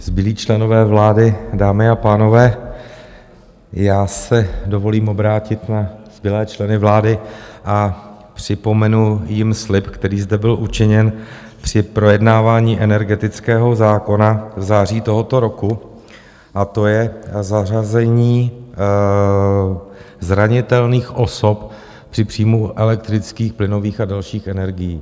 Milí členové vlády, dámy a pánové, já se dovolím obrátit na zbylé členy vlády a připomenu jim slib, který zde byl učiněn při projednávání energetického zákona v září tohoto roku, a to je zařazení zranitelných osob při příjmu elektrických, plynových a dalších energií.